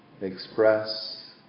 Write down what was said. express